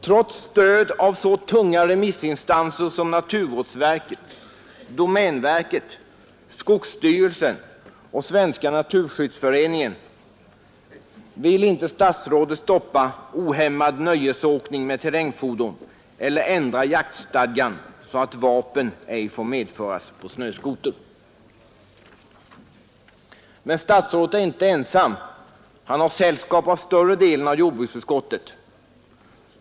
Trots stöd av så tunga remissinstanser som naturvårdsverket, domänverket, skogsstyrelsen och Svenska naturskyddsföreningen vill inte statsrådet stoppa ohämmad nöjesåkning med terrängfordon eller ändra jaktstadgan så att vapen ej får medföras på snöskoter. Statsrådet är emellertid inte ensam. Han har sällskap av större delen av jordbruksutskottet.